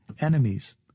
enemies